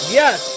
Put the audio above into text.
yes